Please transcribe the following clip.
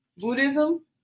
Buddhism